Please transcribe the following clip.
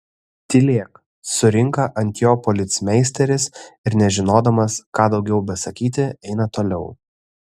tylėk surinka ant jo policmeisteris ir nežinodamas ką daugiau besakyti eina toliau